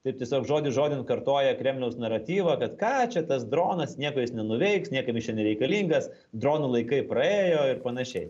taip tiesiog žodis žodin kartoja kremliaus naratyvą kad ką čia tas dronas nieko jis nenuveiks niekaip jis čia nereikalingas dronų laikai praėjo ir panašiai